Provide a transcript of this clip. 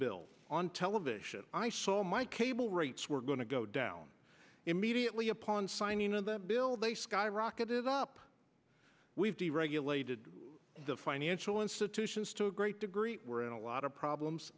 bill on television i saw my cable rates were going to go down immediately upon signing of the bill they skyrocketed up we've deregulated the financial institutions to a great degree we're in a lot of problems